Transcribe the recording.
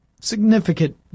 significant